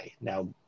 Now